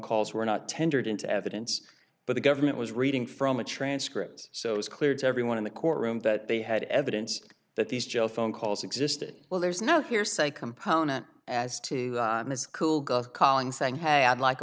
calls were not tendered into evidence but the government was reading from a transcript so it was clear to everyone in the courtroom that they had evidence that these jail phone calls existed well there's no hearsay component as to miss schoolgirl calling saying hey i'd like